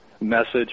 message